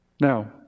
Now